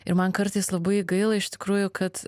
ir man kartais labai gaila iš tikrųjų kad